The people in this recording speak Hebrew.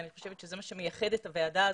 אני חושבת שזה מה שמייחד את הוועדה הזאת.